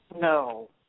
No